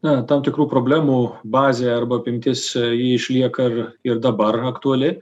na tam tikrų problemų bazė arba apimtis ji išlieka ir ir dabar aktuali